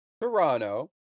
Toronto